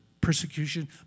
Persecution